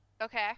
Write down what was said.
Okay